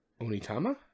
Onitama